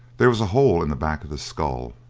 there was a hole in the back of the skull,